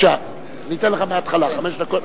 נא להגביר